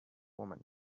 woman